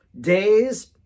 days